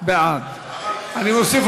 שני מתנגדים,